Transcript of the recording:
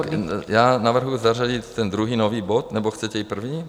Tak já navrhuji zařadit ten druhý nový bod, nebo chcete i první?